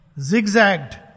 Zigzagged